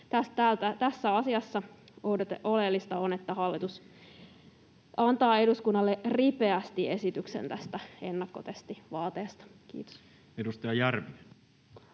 Tässä asiassa oleellista on, että hallitus antaa eduskunnalle ripeästi esityksen tästä ennakkotestivaateesta. — Kiitos. [Speech